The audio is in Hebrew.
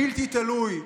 בלתי תלוי,